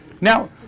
Now